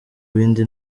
bindi